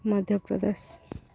Madhya Pradesh